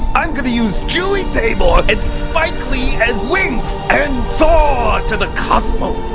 i'm going to use julie taymor and spike lee as wings and soar to the cosmos!